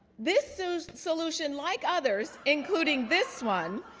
this so solution, like others, including this one,